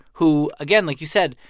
who, again, like you said,